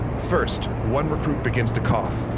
first, one recruit begins to cough,